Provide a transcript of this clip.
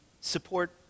support